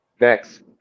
Next